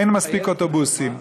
אין מספיק אוטובוסים.